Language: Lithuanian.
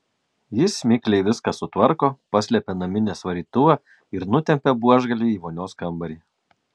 jis mikliai viską sutvarko paslepia naminės varytuvą ir nutempia buožgalvį į vonios kambarį